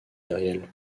myriel